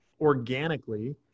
organically